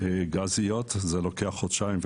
גזיות לוקחות חודשיים,